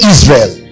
Israel